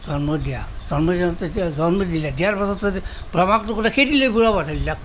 জন্ম দিয়া জন্ম দিওঁতে তেতিয়া দিয়াৰ পিছতে ব্ৰহ্মাকতো খেদিলে